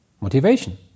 Motivation